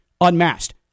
unmasked